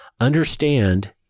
understand